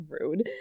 rude